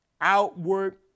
outward